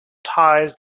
ties